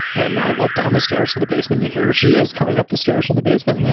and i looked down the stairs to the basement to here she is coming up the stairs in the basement.